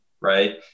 right